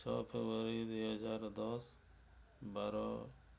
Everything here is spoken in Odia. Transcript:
ଛଅ ଫେବୃଆରୀ ଦୁଇ ହଜାର ଦଶ ବାର